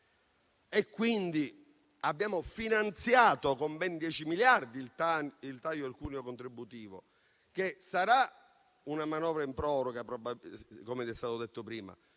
e quindi abbiamo finanziato con ben 10 miliardi il taglio del cuneo contributivo. Sarà una manovra in proroga - come vi è stato detto prima